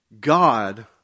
God